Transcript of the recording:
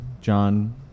john